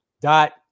dot